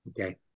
Okay